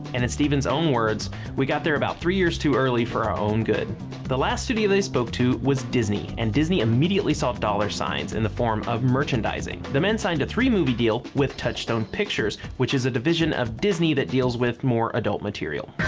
and it stevens' own words we got there about three years too early for our own good the last studio they spoke to was disney and disney immediately saw dollar signs in the form of merchandising. the men signed a three movie deal with touchstone pictures which is a division of disney that deals with more adult material